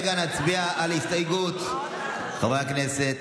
חברי הכנסת,